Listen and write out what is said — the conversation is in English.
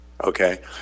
okay